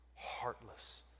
heartless